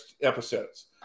episodes